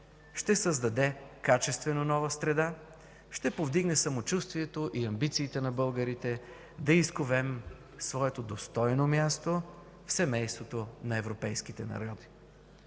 ще създаде качествено нова среда, ще повдигне самочувствието и амбициите на българите да изковем своето достойно място в семейството на европейските народи.